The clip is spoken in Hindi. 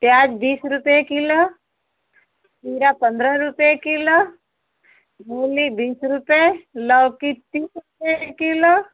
प्याज बीस रुपये किलो खीरा पन्द्रह रुपये किलो मूली बीस रुपए लौकी तीस रुपए किलो